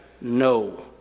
no